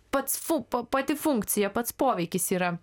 pats fu pa pati funkcija pats poveikis yra